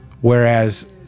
Whereas